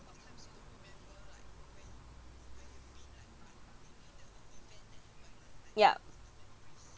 yup